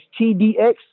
TDX